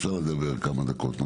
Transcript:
אפשר לדבר כמה דקות.